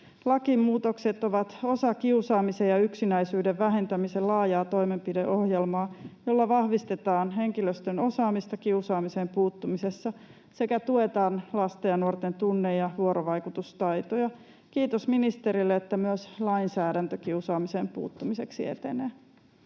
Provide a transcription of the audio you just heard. Lakimuutokset ovat osa kiusaamisen ja yksinäisyyden vähentämisen laajaa toimenpideohjelmaa, jolla vahvistetaan henkilöstön osaamista kiusaamiseen puuttumisessa sekä tuetaan lasten ja nuorten tunne- ja vuorovaikutustaitoja. Kiitos ministerille, että myös lainsäädäntö kiusaamiseen puuttumiseksi etenee.